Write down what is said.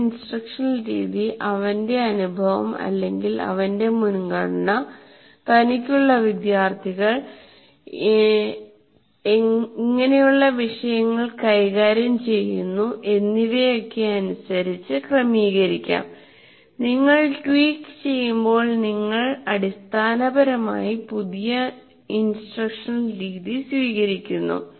ഒരു ഇൻസ്ട്രക്ഷണൽ രീതി അവന്റെ അനുഭവം അല്ലെങ്കിൽ അവന്റെ മുൻഗണന തനിക്കുള്ള വിദ്യാർത്ഥികൾ ഇങ്ങനെയുള്ള വിഷയം കൈകാര്യം ചെയ്യുന്ന എന്നിവയൊക്കെ അനുസരിച്ച് ക്രമീകരിക്കാം നിങ്ങൾ ട്വീക്ക് ചെയ്യുമ്പോൾ നിങ്ങൾ അടിസ്ഥാനപരമായി പുതിയ ഇൻസ്ട്രക്ഷണൽ രീതി സൃഷ്ടിക്കുന്നു